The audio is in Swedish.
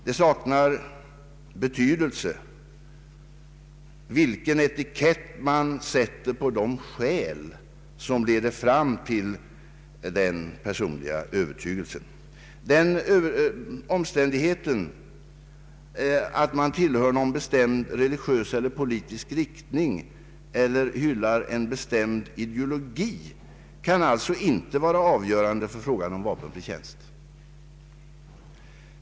Det saknar betydelse vilken etikett man sätter på de skäl som leder fram till den personliga övertygelsen, Den omständigheten att den sökande tillhör någon bestämd religiös eller politisk riktning eller hyllar en bestämd ideologi kan alltså inte vara avgörande för frågan om vapenfri tjänst.